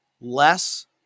less